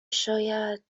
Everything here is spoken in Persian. شاید